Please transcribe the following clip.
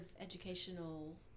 educational